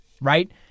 right